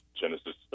Genesis